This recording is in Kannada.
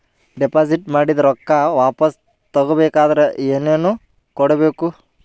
ಡೆಪಾಜಿಟ್ ಮಾಡಿದ ರೊಕ್ಕ ವಾಪಸ್ ತಗೊಬೇಕಾದ್ರ ಏನೇನು ಕೊಡಬೇಕು?